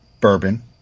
bourbon